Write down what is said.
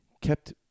kept